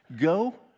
go